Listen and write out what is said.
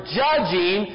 judging